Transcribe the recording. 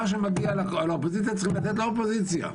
מה שמגיע לאופוזיציה צריכים לתת לאופוזיציה.